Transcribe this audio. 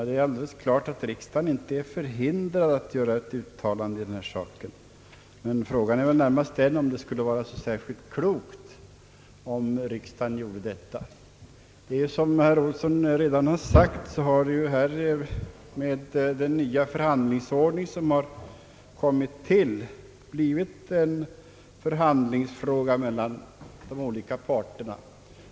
Herr talman! Det är klart att riksdagen inte är förhindrad att göra ett uttalande i denna sak. Frågan är bara om det skulle vara så klokt att göra det. Som herr Johan Olsson redan har uttalat, har det genom den nya förhandlingsförordningen blivit en förhandlingsfråga mellan de olika parterna.